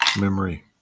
memory